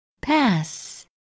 Pass